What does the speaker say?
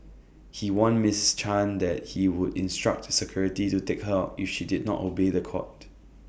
he warned Mrs chan that he would instruct security to take her out if she did not obey The Court